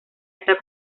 esta